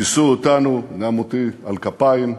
יישאו אותנו, גם אותי, על כפיים ליומיים,